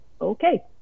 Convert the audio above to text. okay